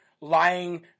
lying